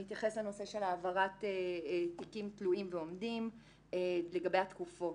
הסעיף מתייחס לנושא של העברת תיקים תלויים ועומדים לגבי התקופות.